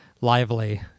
lively